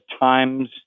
times